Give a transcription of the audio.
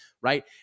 right